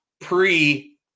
pre